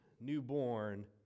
newborn